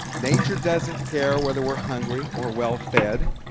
nature doesn't care whether we're hungry or well-fed.